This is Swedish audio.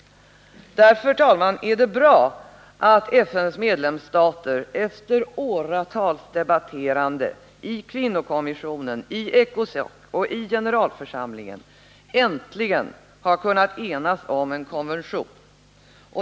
Därför är det bra att FN:s medlemsstater efter åratals debatterande i kvinnokommissionen, i ECOSOC och i generalförsamlingen äntligen har kunnat enas om en konvention.